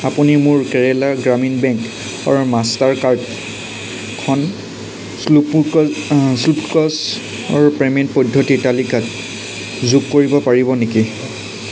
আপুনি মোৰ কেৰেলা গ্ৰামীণ বেংকৰ মাষ্টাৰ কাৰ্ডখন শ্ব'পক্লুজৰ পে'মেণ্ট পদ্ধতিৰ তালিকাত যোগ কৰিব পাৰিব নেকি